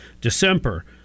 December